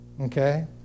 Okay